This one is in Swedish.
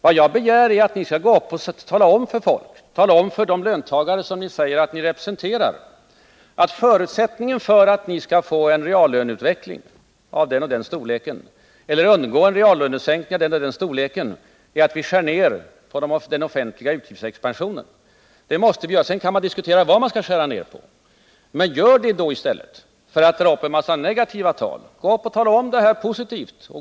Vad jag begär är att ni skall tala om för de löntagare som ni säger er representera: Förutsättningen för att ni skall få en reallöneutveckling av den eller den storleken eller undgå en reallönesänkning av den eller den storleken är att vi skär ned den offentliga utgiftsexpansionen. Det måste vi nämligen göra. Sedan kan vi diskutera vad vi skall skära ner på. Men gör då det, i stället för att vara enbart negativ. Tala positivt om detta!